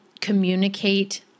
communicate